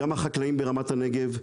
גם החקלאים ברמת הנגב,